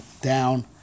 down